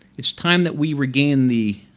it's time that we regain the